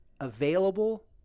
available